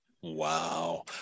Wow